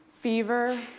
Fever